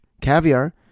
Caviar